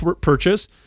purchase